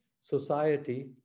society